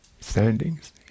standings